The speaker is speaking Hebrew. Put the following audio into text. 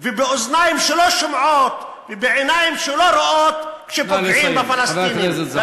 באוזניים שלא שומעות ובעיניים שלא רואות כשפוגעים בפלסטינים,